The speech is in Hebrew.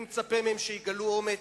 אני מצפה מהם שיגלו אומץ,